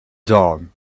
dawn